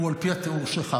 הוא על פי התיאור שלך,